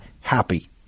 happy